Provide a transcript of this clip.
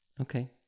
okay